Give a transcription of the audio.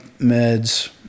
meds